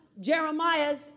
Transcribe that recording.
Jeremiah's